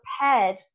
prepared